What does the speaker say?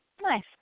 nice